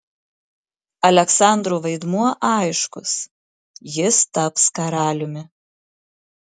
aleksandro vaidmuo aiškus jis taps karaliumi